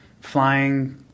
flying